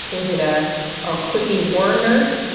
was it a ah quippy war nurse?